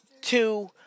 two